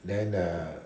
then err